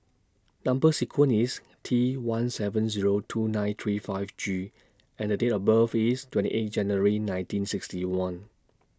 Number sequence IS T one seven Zero two nine three five G and Date of birth IS twenty eight January nineteen sixty one